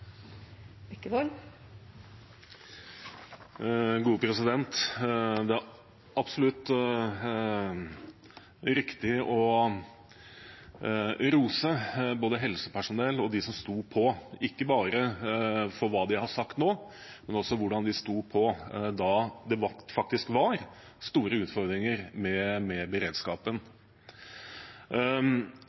absolutt riktig å rose både helsepersonell og dem som sto på – ikke bare for hva de har sagt nå, men også for hvordan de sto på da debatten faktisk handlet om store utfordringer med beredskapen.